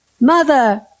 mother